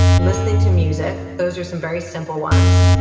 listening to music. those are some very simple ones.